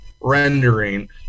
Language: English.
rendering